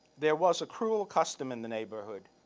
there was a cruel custom in the neighborhood.